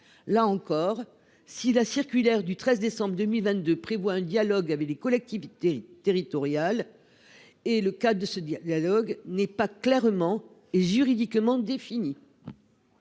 Là encore, si la circulaire du 13 décembre 2022 prévoit bien un dialogue avec les collectivités territoriales, le cadre n'en est pas clairement et juridiquement défini.